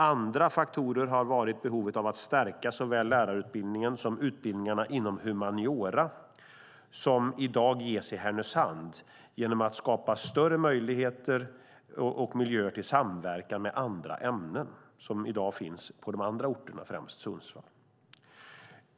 Andra faktorer har varit behovet av att stärka såväl lärarutbildningen som utbildningarna inom humaniora som i dag ges i Härnösand genom att skapa större möjligheter och miljöer till samverkan med andra ämnen som i dag finns på de andra orterna, främst Sundsvall.